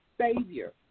Savior